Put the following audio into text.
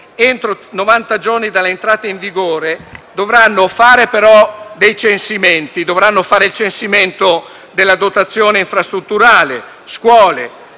entro novanta giorni dall'entrata in vigore, dovranno fare però dei censimenti: dovranno fare il censimento della dotazione infrastrutturale, delle